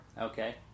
okay